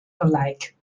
alike